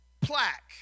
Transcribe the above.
plaque